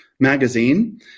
magazine